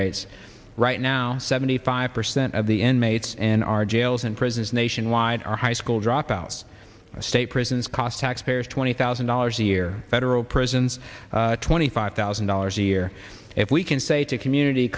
rates right now seventy five percent of the end mates in our jails and prisons nationwide are high school dropouts the state prisons cost taxpayers twenty thousand dollars a year federal prisons twenty five thousand dollars a year if we can say to a community